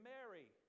Mary